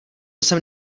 jsem